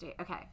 Okay